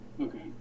Okay